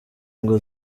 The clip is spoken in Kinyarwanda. ngo